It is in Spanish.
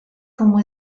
como